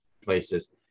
places